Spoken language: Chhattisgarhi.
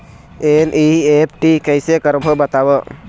एन.ई.एफ.टी कैसे करबो बताव?